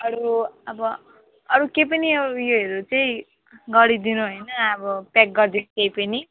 अरू अब अरू केही पनि अब योहरू चाहिँ गरिदिनू होइन अब प्याक गरिदिनू केही पनि